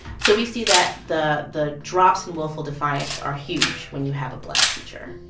so we see that the the drops in willful defiance are huge when you have a black teacher